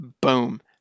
boom